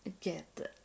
get